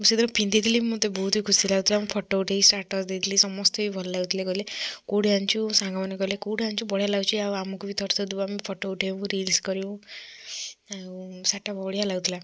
ମୁଁ ସେଇଦିନ ପନ୍ଧିଥିଲି ମୋତେ ବହୁତ ହି ଖୁସି ଲାଗୁଥିଲା ମୁଁ ଫଟୋ ଉଠେଇକି ସ୍ଟାଟସ୍ ଦେଇଥିଲି ସମସ୍ତେ ବି ଭଲ ଲାଗୁଥିଲେ କହିଲେ କେଉଁଠି ଆଣିଛୁ ସାଙ୍ଗମାନେ କହିଲେ କେଉଁଠୁ ଆଣିଛୁ ବଢ଼ିଆ ଲାଗୁଛି ଆଉ ଆମକୁ ବି ଥରେ ଥରେ ଦେବୁ ଆମେ ଫଟୋ ଉଠେଇବୁ ରିଲ୍ସ କରିବୁ ଆଉ ଶାଢ଼ୀ ଟା ବଢ଼ିଆ ଲାଗୁଥିଲା